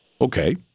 Okay